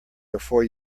before